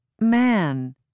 man